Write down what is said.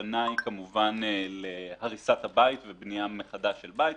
הכוונה היא כמובן להריסת הבית ובנייה מחדש של בית.